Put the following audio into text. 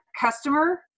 customer